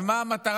אז מה המטרה?